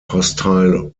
hostile